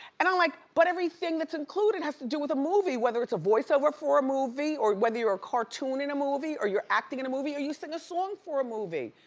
and i'm like but everything that's included has to do with a movie, whether it's a voiceover for a movie, or whether you're a cartoon in a movie, or you're acting in a movie, or you're singing a song for a movie.